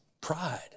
pride